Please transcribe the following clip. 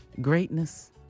greatness